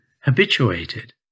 habituated